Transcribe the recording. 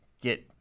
get